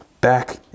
back